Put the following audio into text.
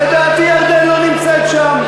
לא נמצאת, לדעתי, ירדן לא נמצאת שם.